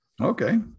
Okay